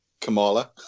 Kamala